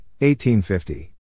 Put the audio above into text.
1850